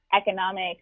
economic